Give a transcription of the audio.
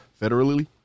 federally